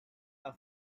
are